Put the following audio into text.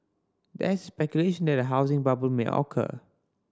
there is speculation that a housing bubble may occur